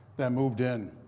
that moved in.